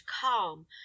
calm